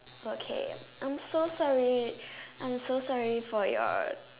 okay I'm so sorry I'm so sorry for your